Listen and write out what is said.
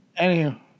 Anywho